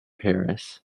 paris